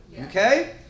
Okay